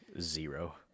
Zero